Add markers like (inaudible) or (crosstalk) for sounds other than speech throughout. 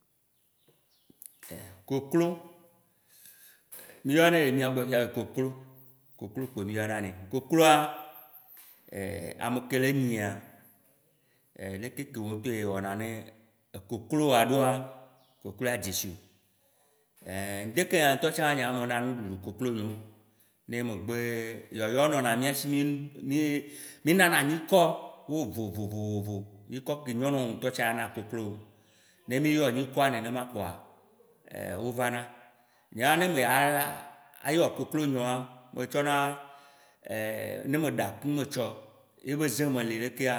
(hesitation) Koklo mi yɔ nɛ le miagbɔ fiya be koklo, koklo pko mi yɔ na nɛ. Kokloa (hesitation) ameke le nyia, (hesitation) leke ke ewɔna ne koklo woa ɖoa, kokloa dzesi. (hesitation) dekin ya ŋtɔtsã nyea mena nuɖuɖu koklo nyewo. Ne megbe yɔyɔ nɔna miasi mi mi nana nyikɔ wo vovovovo ŋkɔ ke nyo na woŋtɔ ce ana koklowowo. Ne mi yɔ ŋkɔa nenema koa, er wo vana. Nyea ne meya (hesitation) yɔ koklonyewoa metsɔna er (hesitation) ne meɖa akume tsɔ yebe zeme li ɖekea,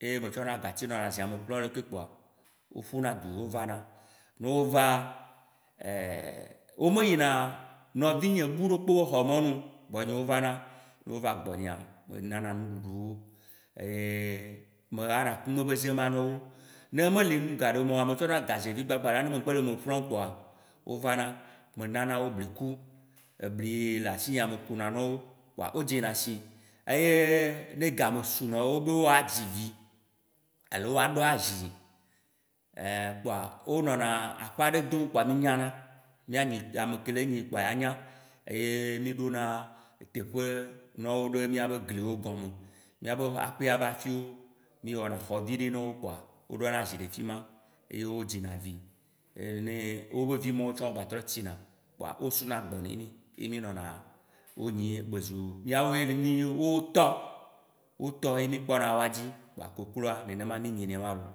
ye metsɔna gati nɔna zea me flo ɖeke pkoa, wo ƒuna du ye wo vana, no va (hesitation) womeyina nɔvinye kuɖokpo be xɔmɔnu o gbɔnye wo vana. Ne wova gbɔnyea, menana nuɖuɖu wo. (hesitation) Me hana akume be zema nɔwo. Ne meli noum gaɖemewo oa, metsɔna gazevi gbagbaloa ne megbe le eme flo kpoa, wovana, menanawo bliku, ebli yi le asinyea mekuna nawo kpoa wo dzena si eye ne game su nawo be woa dzivi, alo aɖɔ azi er kpoa wonɔna aƒa ɖe dom kpoa mignana mianyi. (hesitation) Ameke le nyi kpoa ya nya ye miɖona teƒe nɔwo ɖe miabe gliwo gɔme, miabe aƒea ba fiwo, miwɔna xɔvi ɖi nɔwo pkoa woɖɔna zi ɖe fima ye wo dzina vi. (hesitation) Neee wobe vi mɔwo tsã gba trɔ tsina kpoa wo sunagbɔ ne mi ye minɔna wo nyi ye bezu miawoe yni wotɔ, wotɔ ye mikpɔna woa dzi. Kpoa kokloa, nenema mi nyinɛa wã loo.